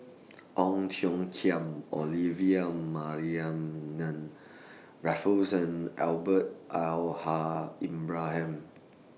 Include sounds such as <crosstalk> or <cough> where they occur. Ong Tiong Khiam Olivia Mariamne Raffles and <unintelligible> Al Haj Ibrahim